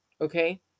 Okay